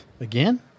Again